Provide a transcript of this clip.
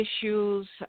issues